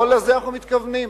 לא לזה אנחנו מתכוונים.